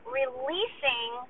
releasing